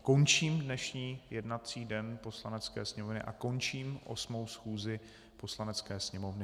Končím dnešní jednací den Poslanecké sněmovny a končím 8. schůzi Poslanecké sněmovny.